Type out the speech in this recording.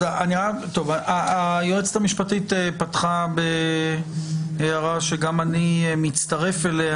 היועצת המשפטית פתחה בהערה שגם אני מצטרף אליה,